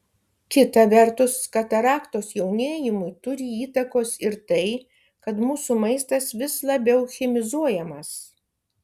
kita vertus kataraktos jaunėjimui turi įtakos ir tai kad mūsų maistas vis labiau chemizuojamas